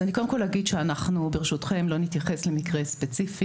אז אני קודם כל אגיד שאנחנו ברשותכם לא נתייחס למקרה ספציפי,